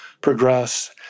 progress